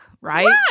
right